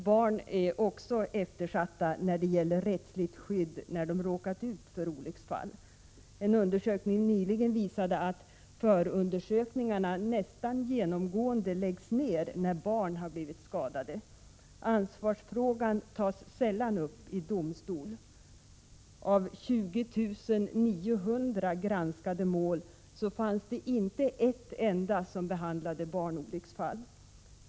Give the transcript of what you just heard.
Barn är också en rättsligt eftersatt grupp när de råkat ut för olycksfall. En undersökning nyligen visade att förundersökningarna nästan genomgående läggs ned när barn har blivit skadade. Ansvarsfrågan tas sällan upp i domstol. Av 20 900 granskade mål fanns inte ett enda som behandlade barnolycksfall.